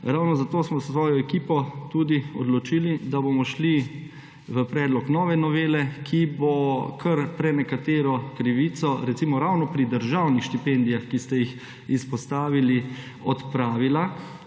Ravno zato smo se z ekipo tudi odločili, da bomo šli v predlog nove novele, ki bo kar prenekatero krivico, recimo ravno pri državnih štipendijah, ki ste jih izpostavili, odpravila